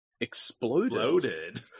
exploded